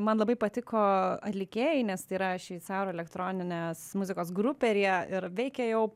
man labai patiko atlikėjai nes tai yra šveicarų elektroninės muzikos grupė ir jie ir veikia jau